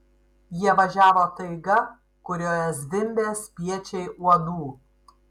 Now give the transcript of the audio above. jie važiavo taiga kurioje zvimbė spiečiai uodų